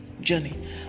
journey